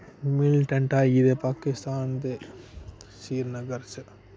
militant आई गेदे पाकिस्तान दे श्रीनगर च